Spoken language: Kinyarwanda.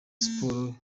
siporo